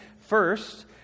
First